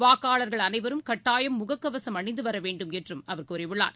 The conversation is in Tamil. வாக்காளர்கள் அனைவரும் கட்டாயம் முகக்கவசம் அணிந்து வரவேண்டும் என்றும் அவர் கூறியுள்ளார்